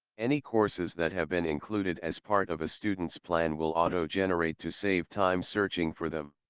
any courses that have been included as part of a student's plan will auto generate to save time searching for them.